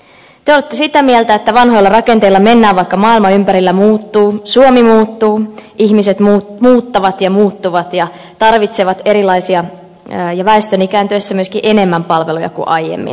te olette sitä mieltä että vanhoilla rakenteilla mennään vaikka maailma ympärillä muuttuu suomi muuttuu ihmiset muuttavat ja muuttuvat ja tarvitsevat erilaisia ja väestön ikääntyessä myöskin enemmän palveluja kuin aiemmin